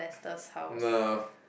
no